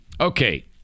Okay